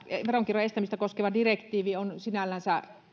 veronkierron estämistä koskeva direktiivi on sinällänsä